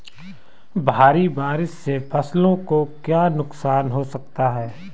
भारी बारिश से फसलों को क्या नुकसान हो सकता है?